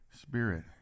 Spirit